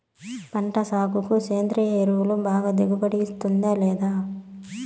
పంట సాగుకు సేంద్రియ ఎరువు బాగా దిగుబడి ఇస్తుందా లేదా